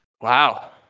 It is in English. Wow